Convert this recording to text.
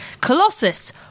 Colossus